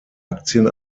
aktien